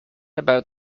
about